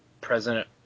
President